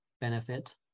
benefit